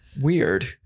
Weird